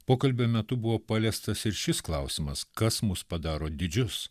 pokalbio metu buvo paliestas ir šis klausimas kas mus padaro didžius